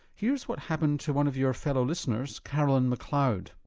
here's what happened to one of your fellow listeners, caraline mcleod.